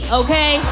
okay